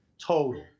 total